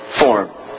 form